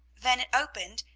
then it opened,